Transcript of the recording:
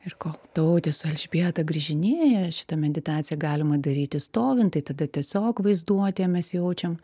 ir kol tautė su elžbieta grįžinėja šitą meditaciją galima daryti stovin tai tada tiesiog vaizduotėje mes jaučiam